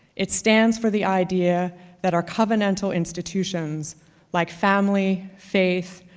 it stands for the idea that our covenantal institutions like family, faith,